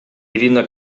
ирина